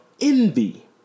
envy